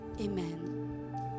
Amen